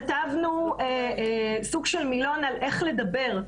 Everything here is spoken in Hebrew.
כתבנו סוג של מילון על איך לדבר,